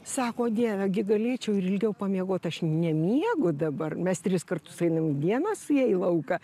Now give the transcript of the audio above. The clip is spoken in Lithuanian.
sako dieve gi galėčiau ir ilgiau pamiegoti aš nemiegu dabar mes tris kartus einam vienos su ja į lauką